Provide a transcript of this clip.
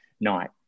night